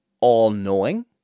all-knowing